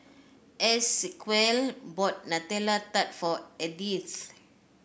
Esequiel bought Nutella Tart for Edythe